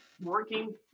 working